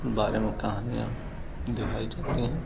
बारे में कहानियाँ दिखाई जाती हैं